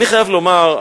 אני חייב לומר,